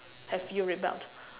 have you rebelled